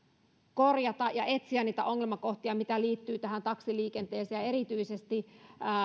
korjata ja etsiä niitä ongelmakohtia joita liittyy taksiliikenteeseen ja erityisesti